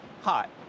hot